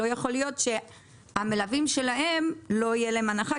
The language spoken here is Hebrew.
לא יכול להיות שלמלווים שלהם לא תהיה הנחה.